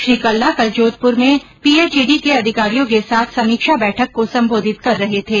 श्री कल्ला कल जोधप्र में पीएचईडी के अधिकारियों के साथ समीक्षा बैठक को संबोधित कर रहे थे